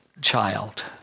child